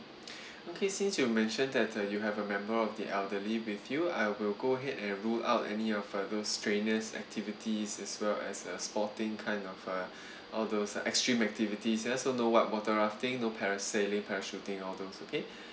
okay since you mentioned that uh you have a member of the elderly with you I will go ahead and rule out any of those strenuous activities as well as uh sporting kind of uh all those extreme activities ya so no whitewater rafting no parasailing parachuting all those okay